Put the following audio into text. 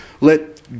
let